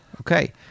Okay